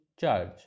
charge